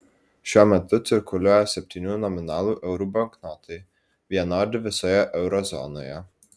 šiuo metu cirkuliuoja septynių nominalų eurų banknotai vienodi visoje euro zonoje